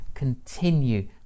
Continue